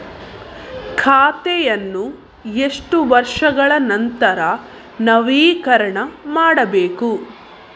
ಖಾತೆಯನ್ನು ಎಷ್ಟು ವರ್ಷಗಳ ನಂತರ ನವೀಕರಣ ಮಾಡಬೇಕು?